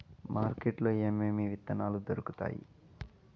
market లో ఏమేమి విత్తనాలు దొరుకుతాయి